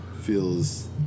feels